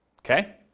Okay